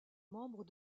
membre